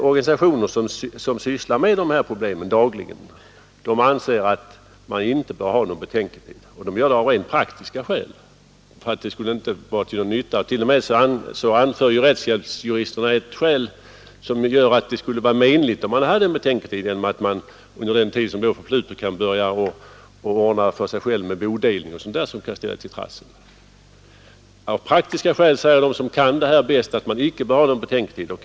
Organisationer som sysslar med dessa problem dagligen anser att man inte bör ha någon betänketid, detta av rent praktiska skäl därför att det inte skulle vara till någon nytta. Rättshjälpsjuristerna anser t.o.m. att det skulle vara menligt med betänketid, eftersom parterna under den tiden i stället kan börja ordna för sig själva med bodelning och sådant som brukar kunna ställa till trassel. De som känner till förhållandena säger alltså att det av praktiska skäl icke bör finnas någon betänketid.